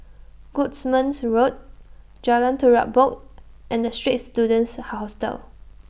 Goodman's Road Jalan Terubok and The Straits Students Hostel